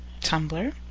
Tumblr